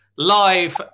Live